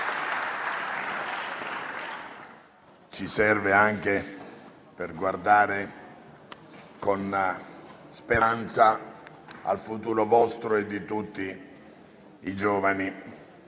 Ci serve anche per guardare con speranza al futuro vostro e di tutti i giovani.